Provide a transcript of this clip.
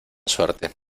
suerte